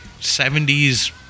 70s